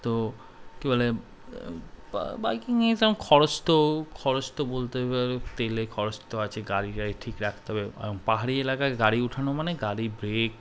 তো কী বলে বাইকিংয়ে যেমন খরচ তো খরচ তো বলতে হবে তেলে খরচ তো আছে গাড়িটাই ঠিক রাখতে হবে পাহাড়ি এলাকায় গাড়ি উঠানো মানে গাড়ি ব্রেক